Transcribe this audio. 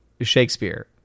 Shakespeare